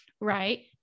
right